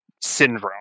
syndrome